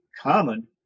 common